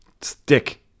stick